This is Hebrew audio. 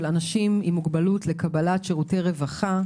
אנשים עם מוגבלות לקבלת שירותי רווחה,